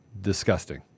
disgusting